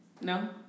No